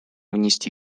внести